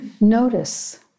notice